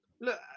Look